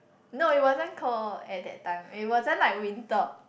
no it wasn't cold at that time it wasn't like winter